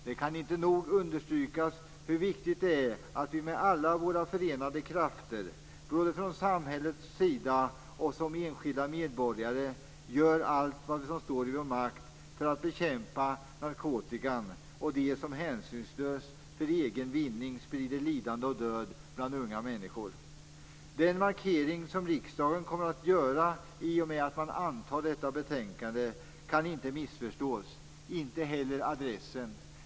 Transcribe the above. Det kan inte nog understrykas hur viktigt det är vi med alla förenade krafter - både från samhällets sida och som enskilda medborgare - gör allt som står i vår makt för att bekämpa narkotikan och dem som hänsynslöst för egen vinning sprider lidande och död bland unga människor. Den markering som riksdagen kommer att göra i och med att man antar detta betänkande kan inte missförstås, och inte heller adressen.